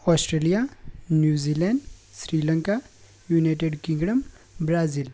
Australia New Zealand Sri Lanka United Kingdom Brazil